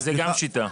זה גם שיטה.